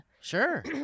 Sure